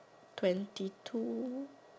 twenty two